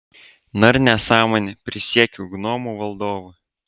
na ir nesąmonė prisiekiu gnomų valdovu